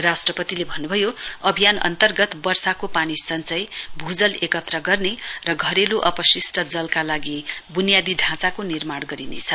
राष्ट्रपतिले भन्नुभयो अभियान अन्तगर्त वर्षाको पानी सञ्चय भूजल एकत्र गर्ने र घरेलु अपशिष्ट जलका लागि बुनियादी ढाँचाको निर्माण गरिनेछ